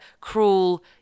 cruel